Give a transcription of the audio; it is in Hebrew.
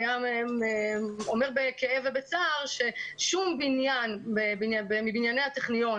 אומר בכאב ובצער ששום בניין מבנייני הטכניון,